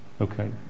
Okay